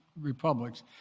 republics